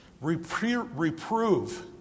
Reprove